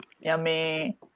Yummy